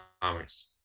comics